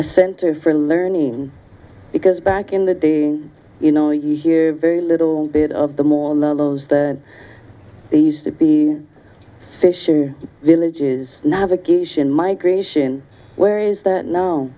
center for learning because back in the day you know you hear very little bit of the more the lows used to be fishing villages navigation migration where is that now